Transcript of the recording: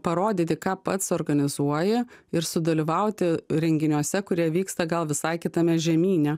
parodyti ką pats organizuoji ir sudalyvauti renginiuose kurie vyksta gal visai kitame žemyne